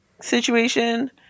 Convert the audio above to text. situation